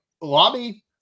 Lobby